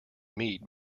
meet